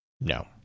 No